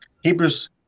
Hebrews